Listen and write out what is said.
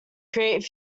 create